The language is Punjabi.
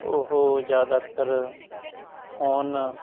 ਉਹ ਜ਼ਿਆਦਾਤਰ ਫੋਨ